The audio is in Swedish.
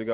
I den